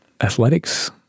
athletics